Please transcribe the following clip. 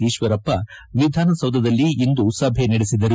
ಈಶ್ವರಪ್ಪ ವಿಧಾನ ಸೌಧದಲ್ಲಿ ಇಂದು ಸಭೆ ನಡೆಸಿದರು